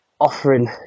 offering